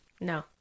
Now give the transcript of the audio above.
no